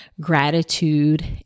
gratitude